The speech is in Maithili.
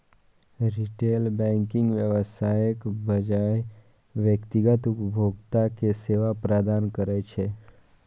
रिटेल बैंकिंग व्यवसायक बजाय व्यक्तिगत उपभोक्ता कें सेवा प्रदान करै छै